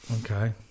okay